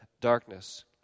darkness